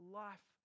life